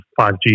5G